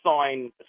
sign